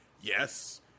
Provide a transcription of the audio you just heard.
Yes